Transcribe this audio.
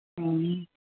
ᱦᱮᱸ